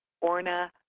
Orna